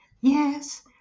Yes